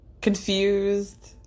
confused